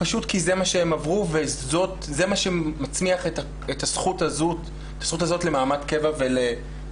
פשוט כי זה מה שהם עברו וזה מה שמצמיח את הזכות הזאת למעמד קבע ולחיים.